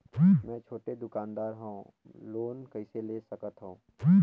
मे छोटे दुकानदार हवं लोन कइसे ले सकथव?